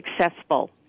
successful